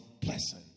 blessing